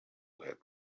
had